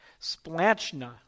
splanchna